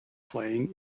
playing